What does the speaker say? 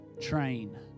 Train